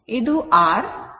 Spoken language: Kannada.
ಇದು R ಮತ್ತು ಇದು ω L ಆಗಿದೆ